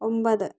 ഒമ്പത്